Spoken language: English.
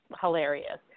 hilarious